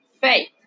Faith